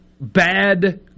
bad